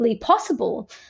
possible